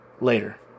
later